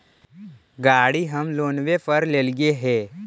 गाड़ी हम लोनवे पर लेलिऐ हे?